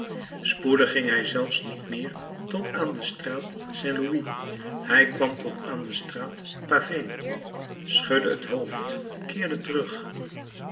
spoedig ging hij zelfs niet meer tot aan de straat saint louis hij kwam tot aan de straat pavée schudde het hoofd en keerde terug